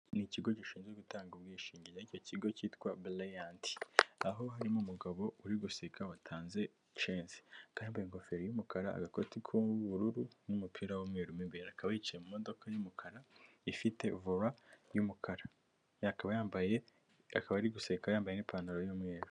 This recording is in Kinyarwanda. Ni ikigo gishinzwe gutanga ubwishingizi, aho icyo kigo cyitwa Burayanti, aho harimo umugabo uri guseka watanze censi, akaba yambaye ingofero y'umukara agakoti k'ubururu n'umupira w'umweru mu imbere, akaba yicaye mu modoka y'umukara ifite vola y'umukara, akaba yambaye, akaba ari guseka yambaye n'ipantaro y'umweru.